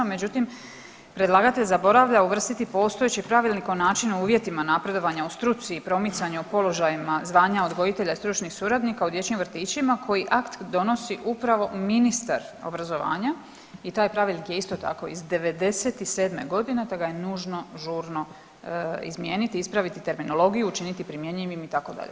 Međutim, predlagatelj zaboravlja uvrstiti postojeći Pravilnik o načinu, uvjetima napredovanja u struci, o promicanju o položajima zvanja odgojitelja i stručnih suradnika u dječjim vrtićima koji akt donosi upravo ministar obrazovanja i taj Pravilnik je isto tako iz '97. godine, te ga je nužno žurno izmijeniti, ispraviti terminologiju, učiniti primjenjivim itd.